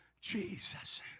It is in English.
Jesus